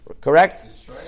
correct